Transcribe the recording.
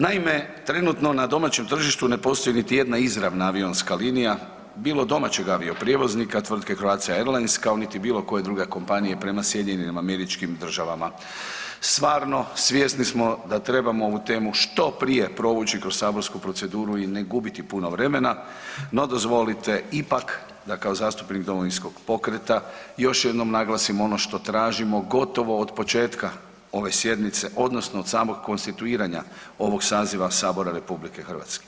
Naime, trenutno na domaćem tržištu ne postoji niti jedna izravna avionska linije, bilo domaćeg avioprijevoznika tvrtke Croatia Airlines kao niti bilo koja druga kompanija prema SAD-u. stvarno svjesni smo da trebamo ovu temu što prije provući kroz saborsku proceduru i ne gubiti puno vremena, no dozvolite ipak da kao zastupnik Domovinskog pokreta još jednom naglasim ono što tražimo gotovo od početka ove sjednice odnosno od samog konstituiranja ovog saziva Sabora RH.